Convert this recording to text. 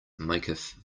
maketh